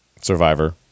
Survivor